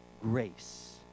grace